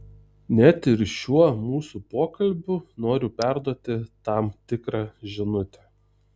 net ir šiuo mūsų pokalbiu noriu perduoti tam tikrą žinutę